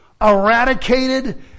eradicated